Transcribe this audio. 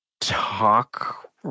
talk